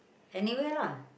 anywhere lah